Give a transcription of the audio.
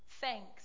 Thanks